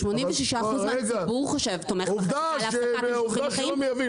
86% מהציבור תומך בחקיקה להפסקת ייבוא חיים,